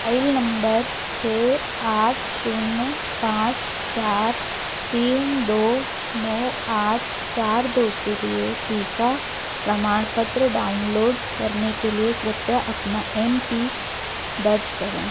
bile number छ आठ शून्य पाँच चार तीन दो नौ आठ चार दो के लिए टीका प्रमाणपत्र डाउनलोड करने के लिए कृपया अपना एमपी दर्ज करें